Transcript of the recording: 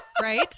Right